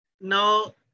now